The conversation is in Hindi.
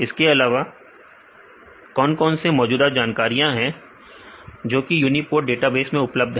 इसके अलावा और कौन कौन सी मौजूदा जानकारियां हैं जोकि यूनीपोर्ट डेटाबेस में उपलब्ध है